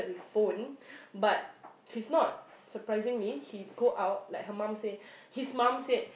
with phone but he's not surprisingly he go out like her mum said his mum said